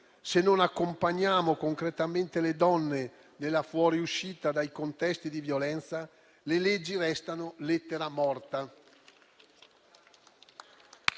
se non accompagniamo concretamente le donne nella fuoriuscita dai contesti di violenza, le leggi restano lettera morta.